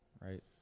right